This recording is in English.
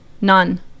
none